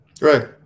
Right